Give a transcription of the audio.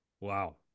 Wow